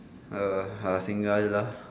err ah singgah jer lah